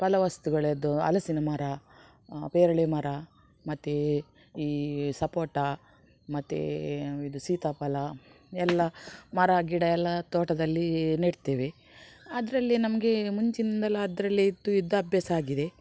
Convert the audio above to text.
ಫಲ ವಸ್ತುಗಳಿದ್ದು ಹಲಸಿನ ಮರ ಪೇರಳೆ ಮರ ಮತ್ತು ಈ ಸಪೋಟಾ ಮತ್ತು ಇದು ಸೀತಾಫಲ ಎಲ್ಲಾ ಮರ ಗಿಡ ಎಲ್ಲ ತೋಟದಲ್ಲಿ ನೆಡ್ತೇವೆ ಅದರಲ್ಲಿ ನಮಗೆ ಮುಂಚಿನಿಂದಲೂ ಅದರಲ್ಲೇ ಇದ್ದು ಇದ್ದು ಅಭ್ಯಾಸ ಆಗಿದೆ